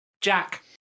Jack